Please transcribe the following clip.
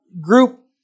group